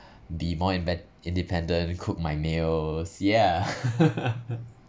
be more and bet~ independent cook my meals yeah